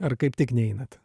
ar kaip tik neinat